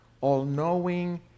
all-knowing